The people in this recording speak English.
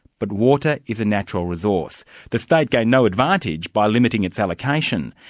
but water is a natural resource the state gained no advantage by limiting its allocation,